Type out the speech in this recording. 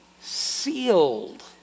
sealed